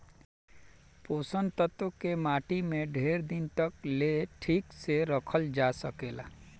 पोषक तत्व के माटी में ढेर दिन तक ले ठीक से रखल जा सकेला